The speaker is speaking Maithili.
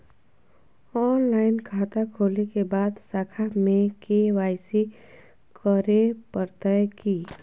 ऑनलाइन खाता खोलै के बाद शाखा में के.वाई.सी करे परतै की?